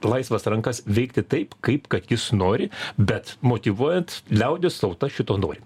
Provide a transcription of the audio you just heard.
laisvas rankas veikti taip kaip kad jis nori bet motyvuojant liaudis tauta šito nori